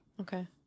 Okay